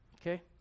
Okay